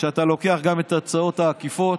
כשאתה לוקח גם את ההוצאות העקיפות,